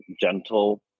gentle